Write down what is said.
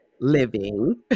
Living